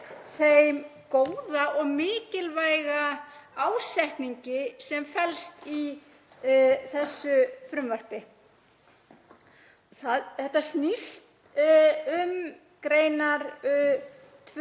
þeim góða og mikilvæga ásetningi sem felst í þessu frumvarpi. Þetta snýst um 2. og